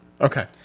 okay